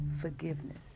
forgiveness